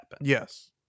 Yes